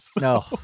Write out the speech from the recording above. No